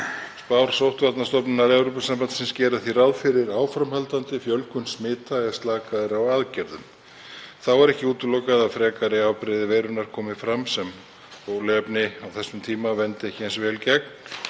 Spár Sóttvarnastofnunar Evrópusambandsins gera því ráð fyrir áframhaldandi fjölgun smita ef slakað verður á aðgerðum. Þá er ekki útilokað að frekari afbrigði veirunnar komi fram sem bóluefni á þessum tíma vernda ekki eins vel